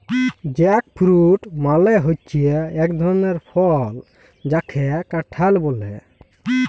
jackfruit মালে হচ্যে এক ধরলের ফল যাকে কাঁঠাল ব্যলে